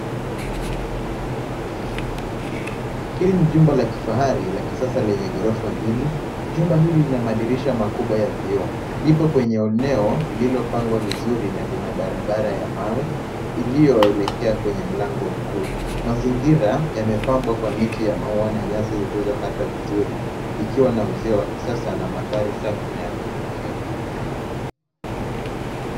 Hili ni jumba la kifahari la kisasa lenye ghorofa mbili. Jumba hili lina madirisha kubwa ya vioo. Lipo eneo lililopangwa vizuri na lina barabara ya mawe iliyoelekea kwenye mlango mkuu. Mazingira yamepambwa kwa miti ya maua na nyasi zilizokatwa vizuri, likiwa na uzio wa kisasa na mandhari safi na ya kuvutia.